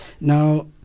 Now